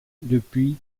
depuis